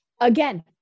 Again